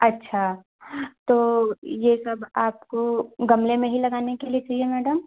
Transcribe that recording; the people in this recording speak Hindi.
अच्छा तो ये सब आपको गमले में ही लगाने के लिए चाहिए मैडम